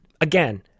again